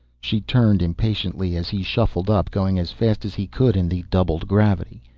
she turned impatiently as he shuffled up, going as fast as he could in the doubled gravity.